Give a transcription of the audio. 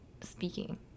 speaking